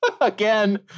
Again